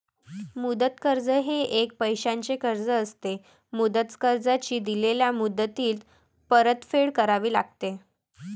मुदत कर्ज हे एक पैशाचे कर्ज असते, मुदत कर्जाची दिलेल्या मुदतीत परतफेड करावी लागते